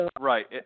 Right